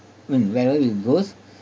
mm wherever you goes